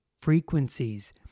frequencies